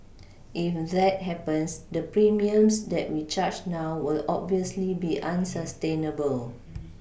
if that happens the premiums that we charge now will obviously be unsustainable